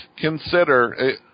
consider